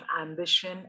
ambition